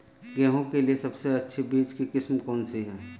गेहूँ के लिए सबसे अच्छी बीज की किस्म कौनसी है?